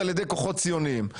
על ידי כוחות ציוניים.